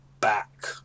back